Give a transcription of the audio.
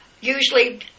usually